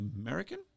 American